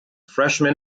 freshmen